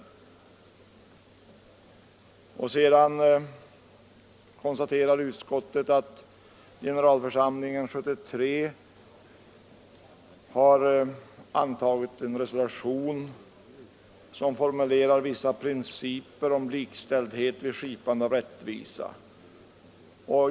Sedan konstaterar utskottet att FN:s generalförsamling 1973 antog en resolution i vilken formuleras vissa principer avseende likställdhet vid skipande av rättvisa.